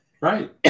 Right